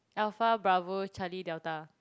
Alpha Bravo Charlie Delta